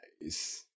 nice